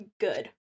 good